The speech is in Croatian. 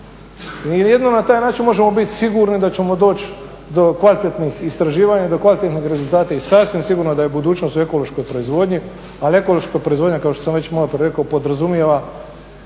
Mi jedino na taj način možemo bit sigurni da ćemo doći do kvalitetnih istraživanja, do kvalitetnih rezultata i sasvim sigurno da je budućnost u ekološkoj proizvodnji. Ali ekološka proizvodnja kao što sam već maloprije rekao, podrazumijeva